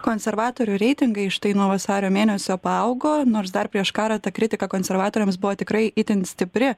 konservatorių reitingai štai nuo vasario mėnesio paaugo nors dar prieš karą ta kritika konservatoriams buvo tikrai itin stipri